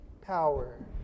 power